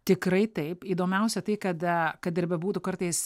tikrai taip įdomiausia tai kada kad ir bebūtų kartais